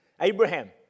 Abraham